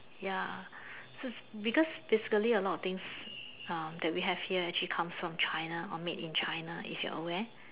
ya so because physically a lot of things uh that we have here actually comes from China or made in China if you're aware